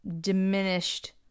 diminished